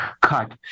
cut